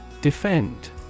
Defend